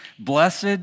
Blessed